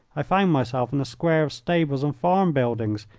i found myself in a square of stables and farm-buildings,